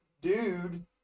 dude